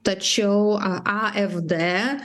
tačiau afd